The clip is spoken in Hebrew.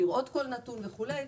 לראות כל נתון וכולי.